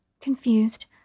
confused